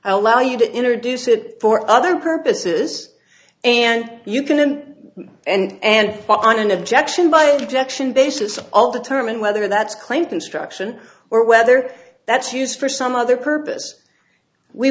allow you to introduce it for other purposes and you can in and on an objection by injection basis all determine whether that's claim construction or whether that's used for some other purpose we